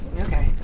Okay